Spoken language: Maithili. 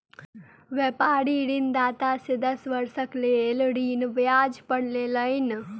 व्यापारी ऋणदाता से दस वर्षक लेल ऋण ब्याज पर लेलैन